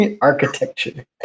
architecture